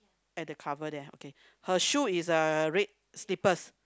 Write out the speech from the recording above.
at the cover there okay her shoe is uh red slippers